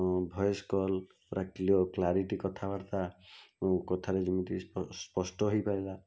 voice call ପୁରା clear clarity କଥାବାର୍ତ୍ତା କଥାରେ ଯେମିତି ସ୍ପଷ୍ଟ ହେଇପାରିଲା